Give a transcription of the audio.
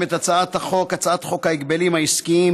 הצעת החוק עברה בקריאה השלישית,